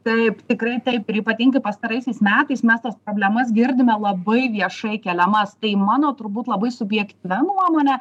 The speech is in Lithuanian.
taip tikrai taip ypatingai pastaraisiais metais mes tas problemas girdime labai viešai keliamas tai mano turbūt labai subjektyvia nuomone